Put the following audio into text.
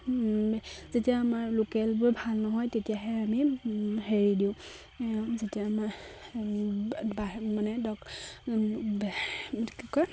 যেতিয়া আমাৰ লোকেলবোৰ ভাল নহয় তেতিয়াহে আমি হেৰি দিওঁ যেতিয়া আমাৰ বাঢ়ে মানে